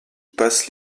passe